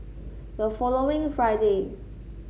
the following Friday